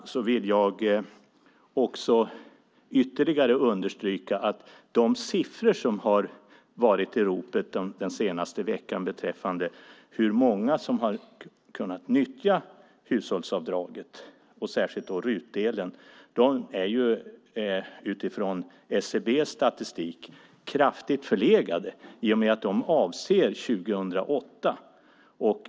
Därutöver vill jag också ytterligare understryka att de siffror som har varit i ropet den senaste veckan beträffande hur många som har kunnat nyttja hushållsavdraget, särskilt RUT-delen, räknats fram utifrån SCB:s statistik och är kraftigt förlegade i och med att de avser 2008.